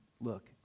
look